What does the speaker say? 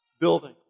building